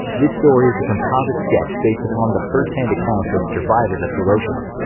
this story is a composite sketch based upon the firsthand accounts of survivors of hiroshima.